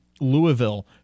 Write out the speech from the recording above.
Louisville